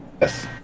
Yes